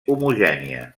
homogènia